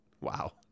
Wow